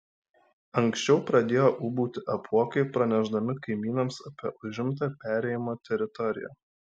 anksčiau pradėjo ūbauti apuokai pranešdami kaimynams apie užimtą perėjimo teritoriją